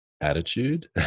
attitude